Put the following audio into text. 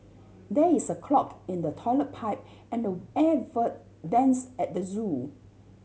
there is a clog in the toilet pipe and air votes vents at the zoo